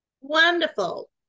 wonderful